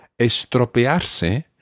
estropearse